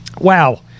Wow